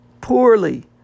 poorly